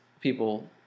people